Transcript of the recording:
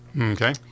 Okay